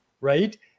Right